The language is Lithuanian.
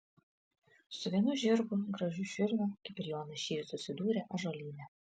su vienu žirgu gražiu širmiu kiprijonas šįryt susidūrė ąžuolyne